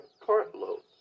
cartloads